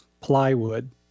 plywood